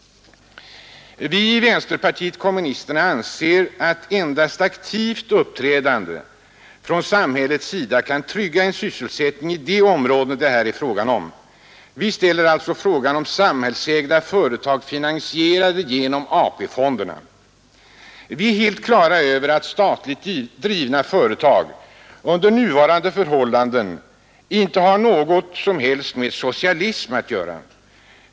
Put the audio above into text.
Vi i vänsterpartiet kommunisterna anser att endast aktivt uppträdande från samhällets sida kan trygga en sysselsättning i de områden det här är fråga om. Vi ställer alltså frågan om samhällsägda företag finansierade genom AP-fonderna. Vi har helt klart för oss att statligt drivna företag under nuvarande förhållanden inte har något som helst med socialism att göra.